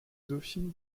dauphine